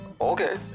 okay